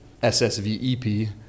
SSVEP